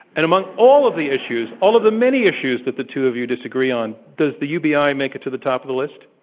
and among all of the issues, all of the many issues that the two of you disagree on, does the ubi and make it to the top of the list?